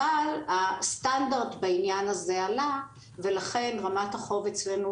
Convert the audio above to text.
אבל הסטנדרט בעניין הזה עלה ולכן רמת החוב אצלנו